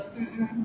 mmhmm